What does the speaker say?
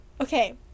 okay